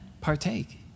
partake